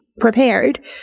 prepared